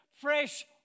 fresh